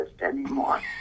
anymore